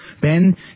Ben